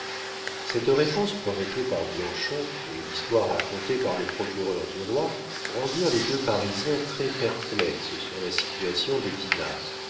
cette réponse provoquée par bianchon et l'histoire racontée par le procureur du roi rendirent les deux parisiens très perplexes sur la situation de dinah